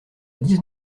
dix